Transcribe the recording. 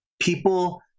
people